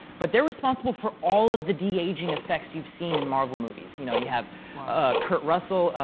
but they're responsible for all of the de-aging effects you've seen in marvel movies, you know, you have kurt russell,